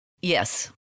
Yes